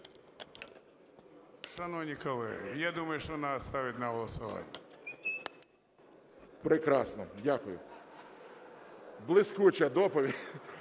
Прекрасно. Дякую. Блискуча доповідь.